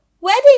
wedding